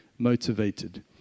motivated